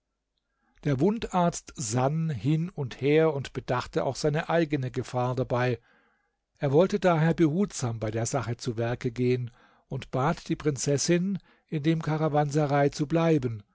der wundarzt sann hin und her und bedachte auch seine eigene gefahr dabei er wollte daher behutsam bei der sache zu werke gehen und bat die prinzessin in dem karawanserei zu bleiben